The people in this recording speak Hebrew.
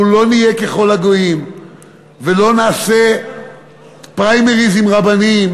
אנחנו לא נהיה ככל הגויים ולא נעשה פריימריז לרבנים